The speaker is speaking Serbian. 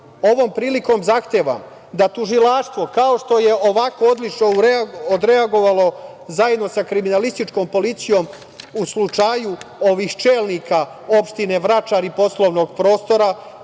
ovom prilikom zahtevam da Tužilaštvo, kao što je ovako odlično odreagovalo zajedno sa kriminalističkom policijom u slučaju ovih čelnika opštine Vračar i poslovnog prostora,